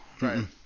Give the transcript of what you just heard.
Right